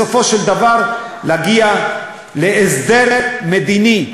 בסופו של דבר, להגיע להסדר מדיני.